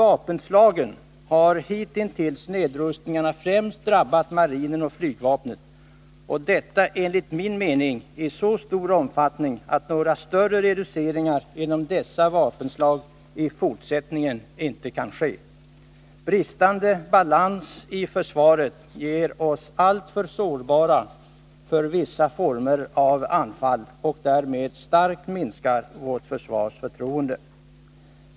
Nedrustningarna har hitintills främst drabbat vapenslagen marinen och flygvapnet, och detta enligt min mening i så stor omfattning att några större reduceringar inom dessa vapenslag i fortsättningen inte kan ske. Brist på balans i försvaret gör oss alltför sårbara för vissa former av anfall och minskar därmed starkt vårt försvars trovärdighet.